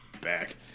Back